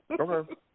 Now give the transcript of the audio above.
Okay